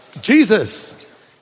Jesus